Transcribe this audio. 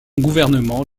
gouvernement